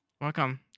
Welcome